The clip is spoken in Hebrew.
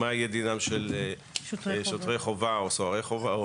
מה יהיה דינם של שוטרי חובה או סוהרי חובה?